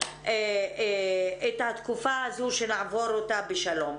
את התקופה הזאת שנעבור אותה בשלום.